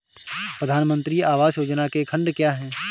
प्रधानमंत्री आवास योजना के खंड क्या हैं?